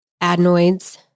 adenoids